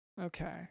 okay